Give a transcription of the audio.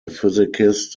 physicist